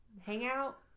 hangout